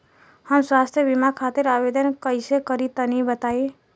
हम स्वास्थ्य बीमा खातिर आवेदन कइसे करि तनि बताई?